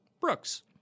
brooks